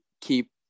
keep